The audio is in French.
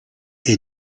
est